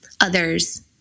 others